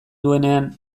duenean